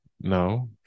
no